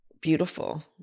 beautiful